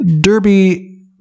Derby